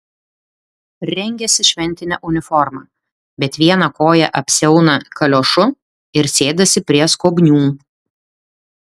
rengiasi šventine uniforma bet vieną koją apsiauna kaliošu ir sėdasi prie skobnių